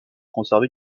conserver